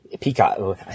Peacock –